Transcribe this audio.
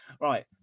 right